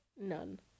none